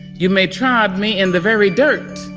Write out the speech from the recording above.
you may trod me in the very dirt,